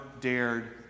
dared